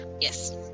Yes